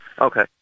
okay